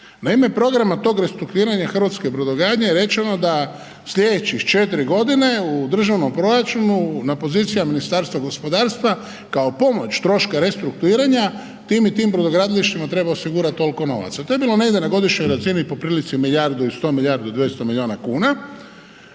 Naime u programu tog restrukturiranja hrvatske brodogradnje je rečeno da slijedećih 4 g. u državnom proračunu na pozicijama Ministarstva gospodarstva kao pomoć troška restrukturiranja tim i tim brodogradilištima treba osigurat toliko novaca, to je bilo negdje na godišnjoj razini po prilici milijardu i 100, milijardu i 200 milijuna kuna